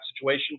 situation